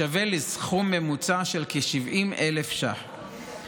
השווה לסכום ממוצע של כ-70,000 שקלים.